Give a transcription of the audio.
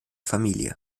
familie